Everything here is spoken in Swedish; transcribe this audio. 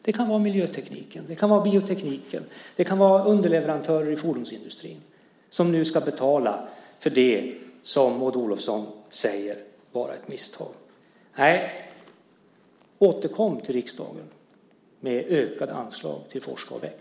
Det kan handla om miljöteknik, det kan vara bioteknik, det kan vara underleverantörer i fordonsindustrin som nu ska betala för det som Maud Olofsson säger är ett misstag. Återkom till riksdagen med ökade anslag till Forska och väx!